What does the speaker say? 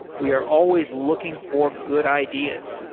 we are always looking for good ideas,